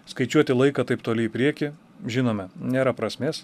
skaičiuoti laiką taip toli į priekį žinome nėra prasmės